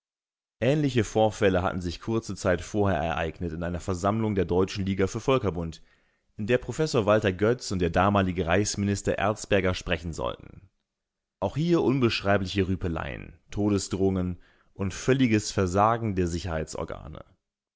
ähnliche vorfälle hatten sich kurze zeit vorher ereignet in einer versammlung der deutschen liga für völkerbund in der professor walter goetz und der damalige reichsminister erzberger sprechen sollten auch hier unbeschreibliche rüpeleien todesdrohungen und völliges versagen der